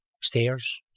Stairs